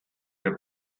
herr